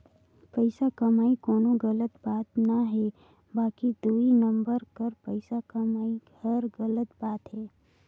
पइसा कमई कोनो गलत बात ना हे बकि दुई नंबर कर पइसा कमई हर गलत बात हवे